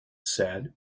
said